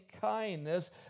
kindness